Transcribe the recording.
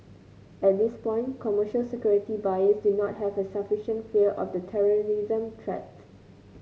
at this point commercial security buyers do not have a sufficient fear of the terrorism threat